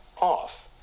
off